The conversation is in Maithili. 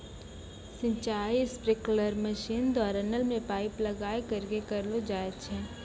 सिंचाई स्प्रिंकलर मसीन द्वारा नल मे पाइप लगाय करि क करलो जाय छै